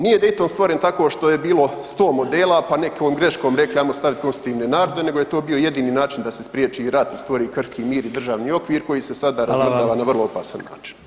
Nije Dayton stvoren tako što je bilo 100 modela pa nekom greškom rekli ajmo staviti konstitutivne narode nego je to bio jedini način da se spriječi rat i stvori krhki mir i državni okvir koji se sada [[Upadica: Hvala vam.]] razvrgava na vrlo opasan način.